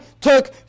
took